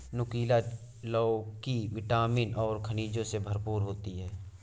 नुकीला लौकी विटामिन और खनिजों से भरपूर होती है